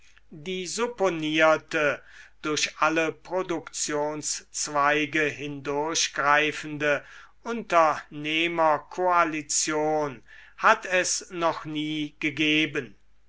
die supponierte durch alle produktionszweige hindurchgreifende unternehmerkoalition hat es noch nie gegeben